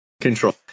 Control